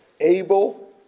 able